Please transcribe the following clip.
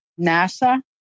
NASA